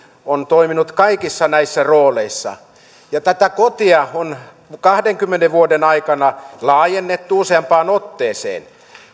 on toiminut kaikissa näissä rooleissa ja tätä kotia on kahdenkymmenen vuoden aikana laajennettu useampaan otteeseen